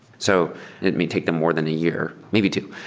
so it may take them more than a year, maybe two.